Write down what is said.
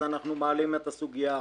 אנחנו מעלים את הסוגיה עכשיו.